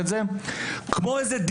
עמד פה יריב לוין כמו איזה מלך,